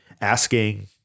asking